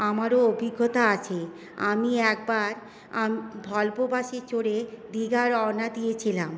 আমারও অভিজ্ঞতা আছে আমি একবার ভলভো বাসে চড়ে দীঘা রওনা দিয়েছিলাম